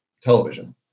television